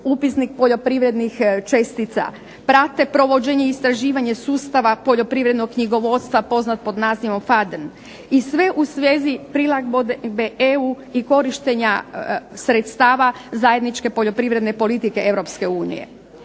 upisnik poljoprivrednih čestica, prate provođenje i istraživanje sustava poljoprivrednog knjigovodstva poznat pod imenom FADN i sve u svezi prilagodbe EU i korištenja sredstava zajedničke poljoprivredne politike EU.